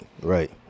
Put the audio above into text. right